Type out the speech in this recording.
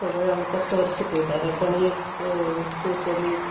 सगळें आमकां सर शिकयताले पण एक स्पेशली